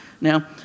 Now